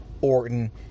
Orton